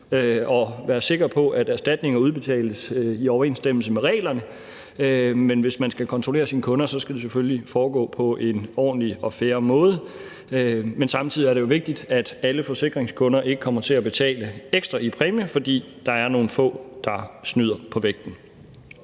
at være sikker på, at erstatninger udbetales i overensstemmelse med reglerne, men hvis man skal kontrollere sine kunder, skal det selvfølgelig foregå på en ordentlig og fair måde. Men samtidig er det jo vigtigt, at alle forsikringskunder ikke kommer til at betale ekstra i præmie, fordi der er nogle få, der snyder på vægten.